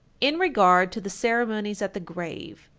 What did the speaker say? in regard to the ceremonies at the grave,